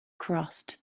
crossed